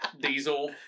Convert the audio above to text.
Diesel